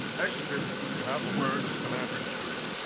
execute, you have the word of the commander in chief.